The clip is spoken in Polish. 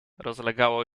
rozlegało